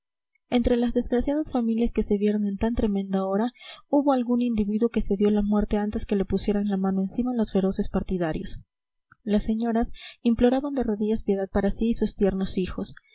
entre las desgraciadas familias que se vieron en tan tremenda hora hubo algún individuo que se dio la muerte antes que le pusieran la mano encima los feroces partidarios las señoras imploraban de rodillas piedad para sí y sus tiernos hijos